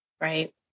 right